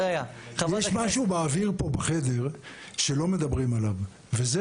יש משהו באוויר פה בחדר שלא מדברים עליו וזה